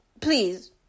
Please